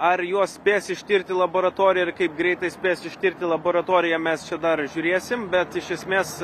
ar juos spės ištirti laboratorija ir kaip greitai spės ištirti laboratorija mes čia dar žiūrėsim bet iš esmės